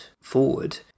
forward